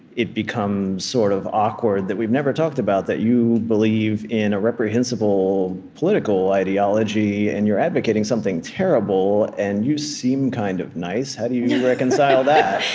it becomes sort of awkward that we've never talked about that you believe in a reprehensible political ideology, and you're advocating something terrible, and you seem kind of nice how do you reconcile that?